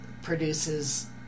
Produces